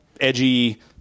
edgy